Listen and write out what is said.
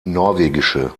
norwegische